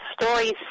stories